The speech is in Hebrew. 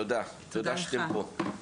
תודה שאתם פה.